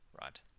Right